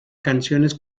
canciones